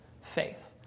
faith